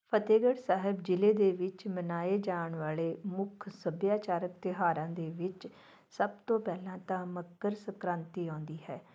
ਫਤਿਹਗੜ ਸਾਹਿਬ ਜ਼ਿਲ੍ਹੇ ਦੇ ਵਿੱਚ ਮਨਾਏ ਜਾਣ ਵਾਲੇ ਮੁੱਖ ਸੱਭਿਆਚਾਰਕ ਤਿਉਹਾਰਾਂ ਦੇ ਵਿੱਚ ਸਭ ਤੋਂ ਪਹਿਲਾਂ ਤਾਂ ਮਕਰ ਸੰਕ੍ਰਾਂਤੀ ਆਉਂਦੀ ਹੈ